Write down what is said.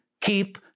keep